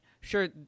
Sure